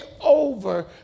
over